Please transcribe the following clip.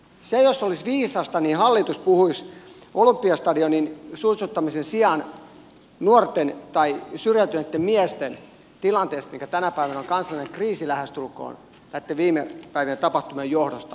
jos jokin olisi viisasta niin se että hallitus olympiastadionin suitsuttamisen sijaan puhuisi nuorten tai syrjäytyneitten miesten tilanteesta tänä päivänä kun on lähestulkoon kansallinen kriisi näitten viime päivien tapahtumien johdosta